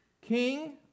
king